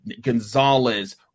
Gonzalez